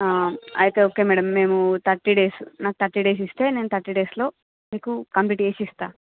అయితే okay madam మేము thirty days నాకు థర్టీ డేస్ ఇస్తే నేను థర్టీ డేస్ లో మీకు కంప్లీట్ చేసి ఇస్తా